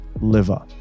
liver